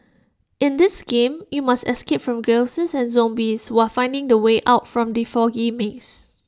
in this game you must escape from ghosts and zombies while finding the way out from the foggy maze